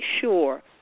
sure